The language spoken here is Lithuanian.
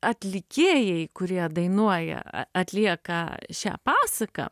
atlikėjai kurie dainuoja atlieka šią pasaką